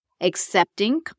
Accepting